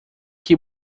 que